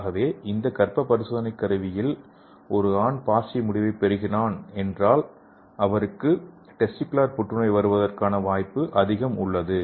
ஆகவே இந்த கர்ப்ப பரிசோதனைக் கருவியில் ஒரு ஆண் பாசிட்டிவ் முடிவைப் பெறுகிறான் என்றால் அவருக்கு டெஸ்டிகுலர் புற்றுநோய் வருவதற்கான அதிக வாய்ப்பு உள்ளது